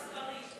על מספרים.